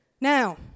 now